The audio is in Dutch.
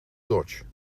dodge